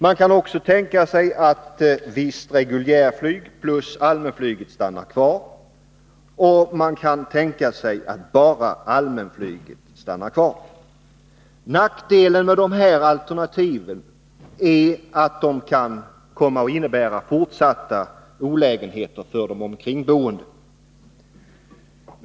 Man kan också tänka sig att ett visst reguljärflyg plus allmänflyget stannar kvar. Man kan vidare tänka sig att bara allmänflyget stannar kvar. Nackdelen med dessa alternativ är fortsatta olägenheter för de omkringboende.